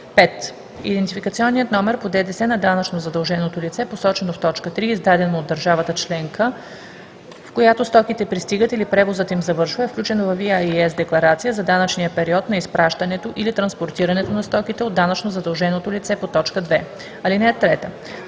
5. идентификационният номер по ДДС на данъчно задълженото лице, посочено в т. 3, издаден му от държавата членка, в която стоките пристигат или превозът им завършва, е включен във VIES-декларация за данъчния период на изпращането или транспортирането на стоките от данъчно задълженото лице по т. 2. (3)